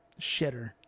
shitter